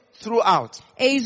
throughout